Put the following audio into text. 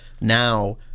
now